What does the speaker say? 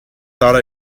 thought